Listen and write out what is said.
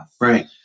Right